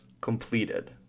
completed